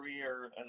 career